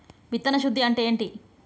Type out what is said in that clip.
విత్తన శుద్ధి అంటే ఏంటి?